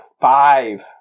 five